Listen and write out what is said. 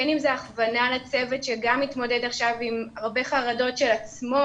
בין אם זאת הכוונה לצוות שגם מתמודד עכשיו עם הרבה חרדות של עצמו,